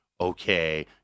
okay